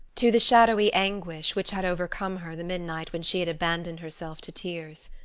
to the shadowy anguish which had overcome her the midnight when she had abandoned herself to tears.